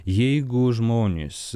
jeigu žmonės